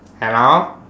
hello